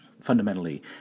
Fundamentally